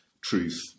truth